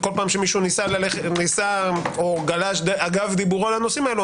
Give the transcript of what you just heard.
וכל פעם שמישהו גלש אגב דיבורו לנושאים האלה,